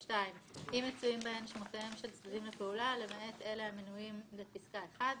וכן לא יאפשר מתן עיון במסמכים המעידים על כל אחד מאלה,